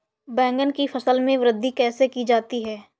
बैंगन की फसल में वृद्धि कैसे की जाती है?